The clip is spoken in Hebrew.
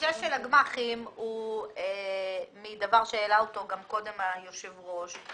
החשש של הגמ"חים הוא מדבר שהעלה אותו גם קודם היושב ראש,